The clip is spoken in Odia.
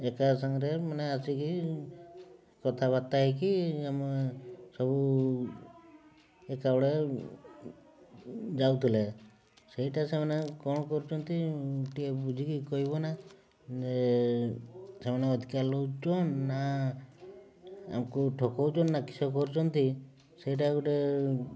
ଏକା ସାଙ୍ଗରେ ମାନେ ଆସିକି କଥାବାର୍ତ୍ତା ହେଇକି ଆମେ ସବୁ ଏକା ଗୁଡ଼ା ଯାଉଥିଲେ ସେଇଟା ସେମାନେ କ'ଣ କରୁଛନ୍ତି ଟିକେ ବୁଝିକି କହିବ ନା ଯେ ସେମାନେ ଅଧିକା ଲଗାଉଛନ୍ ନା ଆମକୁ ଠକାଉଛନ୍ ନା କିଛି କରୁଛନ୍ତି ସେଇଟା ଗୋଟେ